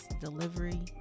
delivery